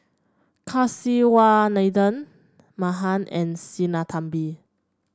Kasiviswanathan Mahan and Sinnathamby